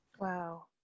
Wow